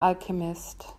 alchemist